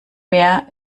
meer